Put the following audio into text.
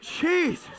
Jesus